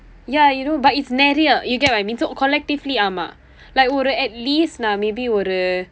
ya you know but it's நிறைய:niraiya you get what I mean so collectively ஆமாம்:aamaam like ஒரு:oru at least நான்:naan maybe would to